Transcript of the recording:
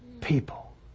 people